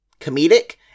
comedic